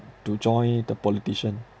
to join the politician